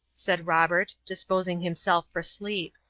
said robert, disposing himself for sleep.